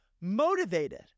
motivated